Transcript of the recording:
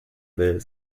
will